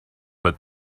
but